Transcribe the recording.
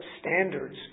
standards